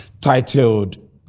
titled